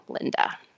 Linda